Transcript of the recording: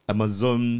Amazon